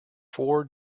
four